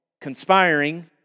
conspiring